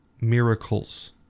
miracles